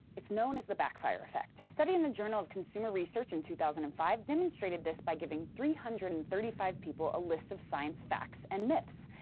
it's known as the backfire effect. a study in the journal of consumer research in two thousand and five demonstrated this by giving three hundred and thirty five people a list of science facts and myths,